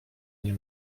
nie